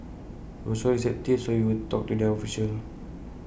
he was receptive so we will talk to their officials